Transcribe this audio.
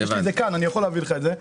הוא כאן ואני יכול להעביר לך את זה.